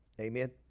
Amen